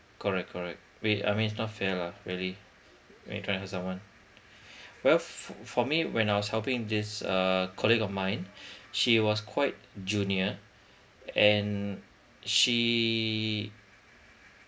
correct correct we I mean it's not fair lah really when you trying to help someone well f~ for me when I was helping this uh colleague of mine she was quite junior and she